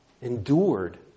endured